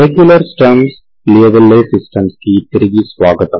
regular Sturm Liouville systems కి తిరిగి స్వాగతం